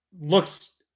looks